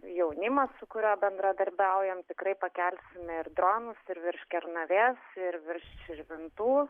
jaunimą su kuriuo bendradarbiaujam tikrai pakelsime ir dronus ir virš kernavės ir virš širvintų